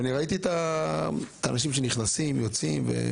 ראיתי אנשים שנכנסים ויוצאים.